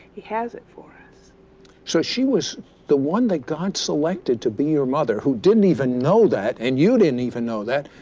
he has it for us. sid so she was the one that god selected to be your mother who didn't even know that and you didn't even know that,